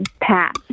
Pat